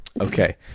Okay